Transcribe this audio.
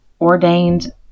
ordained